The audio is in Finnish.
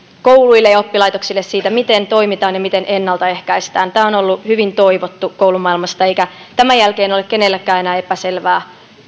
kouluille ja oppilaitoksille siitä miten toimitaan ja miten ennaltaehkäistään tämä on ollut hyvin toivottu koulumaailmassa eikä tämän jälkeen ole kenellekään enää epäselvää